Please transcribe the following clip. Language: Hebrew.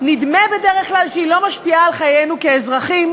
לא משפיעה על חיינו כאזרחים.